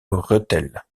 rethel